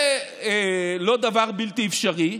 זה לא דבר בלתי אפשרי,